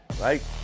Right